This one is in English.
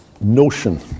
notion